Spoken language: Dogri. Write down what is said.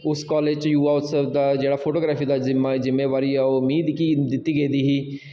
उस कालेज च युवा उत्सव दा जेह्ड़ा फोटोग्राफी दा जिम्मा जिम्मेदारी ओह् मिगी दित्ती दित्ती गेदी ही